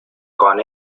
con